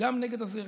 גם נגד הזרם,